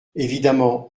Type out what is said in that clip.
évidemment